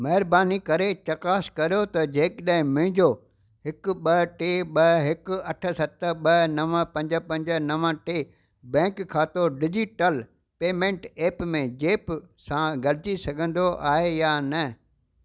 महिरबानी करे चकासु कर्यो त जेकॾहिं मुंहिंजो हिकु ॿ टे ॿ हिकु अठ सत ॿ नव पंज पंज नव टे बैंक खातो डिजिटल पेमेंट ऐप में जेप सां गॾिजी सघंदो आहे या न